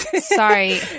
Sorry